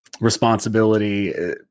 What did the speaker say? responsibility